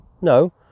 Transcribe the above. No